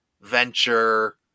Venture